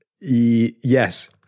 yes